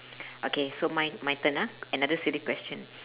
okay so my my turn ah another silly question